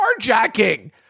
carjacking